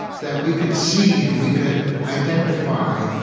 that we could see, and we could identify,